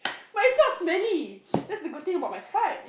but it's not smelly that's a good thing about my fart